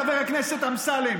חבר הכנסת אמסלם,